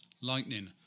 lightning